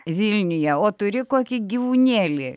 vilniuje o turi kokį gyvūnėlį